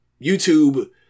YouTube